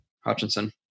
Hutchinson